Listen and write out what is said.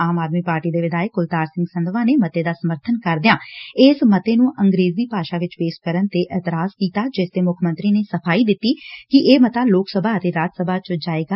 ਆੱਮ ਆਦਮੀ ਪਾਰਟੀ ਦੇ ਵਿਧਾਇਕ ਕੁਲਤਾਰ ਸਿੰਘ ਸੰਧਵਾ ਨੇ ਮੱਤੇ ਦਾ ਸਮਰਥਨ ਕਰਦਿਆਂ ਇਸ ਮੱਤੇ ਨੂੰ ਅੰਗਰੇਜ਼ੀ ਭਾਸ਼ਾ ਵਿਚ ਪੇਸ਼ ਕਰਨ ਤੇ ਇਤਰਾਜ਼ ਕੀਤਾ ਜਿਸ ਤੇ ਮੁੱਖ ਮੰਤਰੀ ਨੇ ਸਫ਼ਾਈ ਦਿੱਤੀ ਕਿ ਇਹ ਮੱਤਾ ਲੋਕ ਸਭਾ ਅਤੇ ਰਾਜ ਸਭਾ ਚ ਜਾਏਗਾ